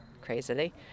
crazily